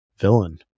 villain